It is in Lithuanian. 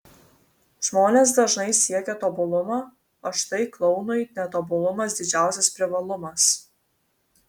žmonės dažnai siekia tobulumo o štai klounui netobulumas didžiausias privalumas